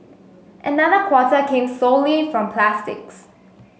another quarter came solely from plastics